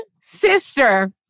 sister